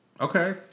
Okay